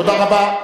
תודה רבה.